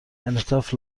انعطاف